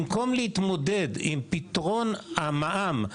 במקום להתמודד עם פתרון המע"מ,